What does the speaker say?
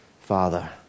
Father